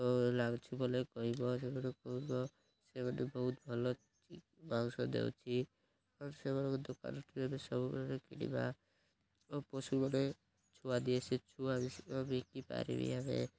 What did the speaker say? ଲାଗୁଛୁ ବୋଲେ କହିବ ସେମାନେ କହିବ ସେମାନେ ବହୁତ ଭଲ ମାଉଂସ ଦେଉଛି ଆଉ ସେମାନଙ୍କ ଦୋକାନ ସବୁବେଳେ କିଣିବା ଓ ପଶୁମାନେ ଛୁଆ ଦିଏ ସେ ଛୁଆ ବିକି ପାରିବି ଆମେ